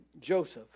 Joseph